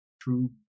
True